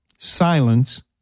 Silence